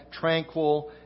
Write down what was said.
tranquil